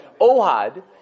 Ohad